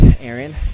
Aaron